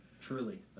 Truly